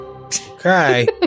Okay